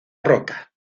roca